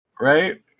right